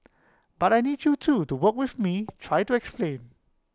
but I need you too to work with me try to explain